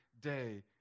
day